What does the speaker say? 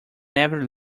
never